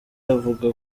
avuga